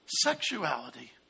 sexuality